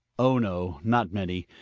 oh, no, not many.